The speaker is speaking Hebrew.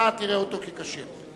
אתה תראה אותו ככשר.